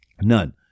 None